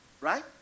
Right